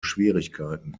schwierigkeiten